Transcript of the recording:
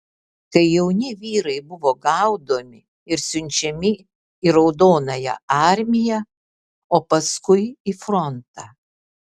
kai jauni vyrai buvo gaudomi ir siunčiami į raudonąją armiją o paskui į frontą